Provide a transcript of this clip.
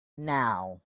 now